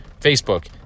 Facebook